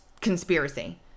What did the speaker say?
conspiracy